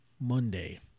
Monday